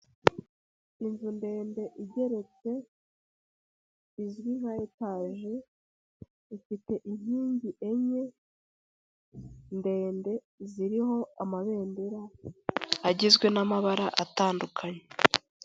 Inzu ndende igeretse, izwi nka etaje, ifite inkingi enye ndende ziriho amabendera agizwe n'amabara atandukanye.